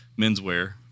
menswear